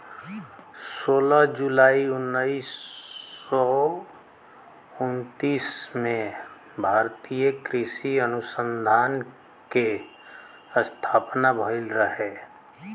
सोलह जुलाई उन्नीस सौ उनतीस में भारतीय कृषि अनुसंधान के स्थापना भईल रहे